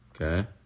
Okay